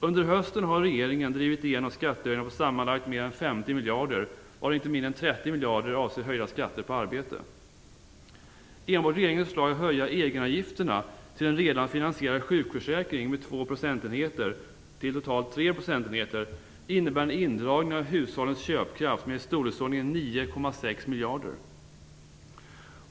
Under hösten har regeringen drivit igenom skattehöjningar på sammanlagt mer än 50 miljarder, varav inte mindre än 30 miljarder avser höjda skatter på arbete. Enbart regeringens förslag att höja egenavgifterna till en redan finansierad sjukförsäkring med 2 procentenheter till totalt 3 procentenheter innebär en indragning av hushållens köpkraft med i storleksordningen 9,6 miljarder.